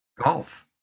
golf